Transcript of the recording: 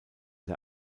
der